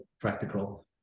practical